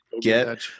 get